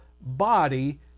body